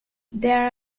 there